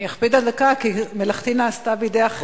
אני אקפיד על דקה, כי מלאכתי נעשתה בידי אחרים.